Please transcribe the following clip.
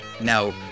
Now